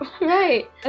Right